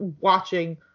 watching